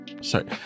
Sorry